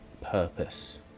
purpose